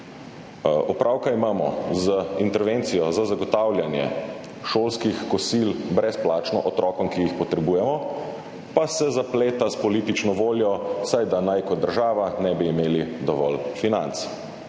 Opravka imamo z intervencijo za zagotavljanje brezplačnih šolskih kosil otrokom, ki jih potrebujemo, pa se zapleta s politično voljo, saj da naj kot država ne bi imeli dovolj financ.